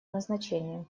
назначения